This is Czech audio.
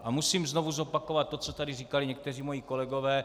A musím znovu zopakovat to, co tady říkali někteří moji kolegové.